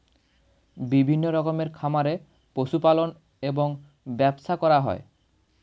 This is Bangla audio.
বিভিন্ন রকমের খামারে পশু পালন এবং ব্যবসা করা হয়